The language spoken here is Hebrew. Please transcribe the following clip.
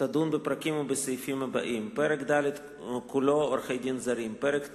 תדון בפרקים ובסעיפים הבאים: פרק ד' כולו (עורכי-דין זרים); פרק ט',